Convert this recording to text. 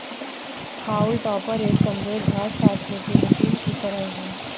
हाउल टॉपर एक कमजोर घास काटने की मशीन की तरह है